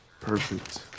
Perfect